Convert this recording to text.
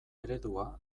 eredua